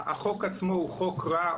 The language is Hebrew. החוק עצמו הוא חוק רע,